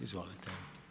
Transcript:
Izvolite.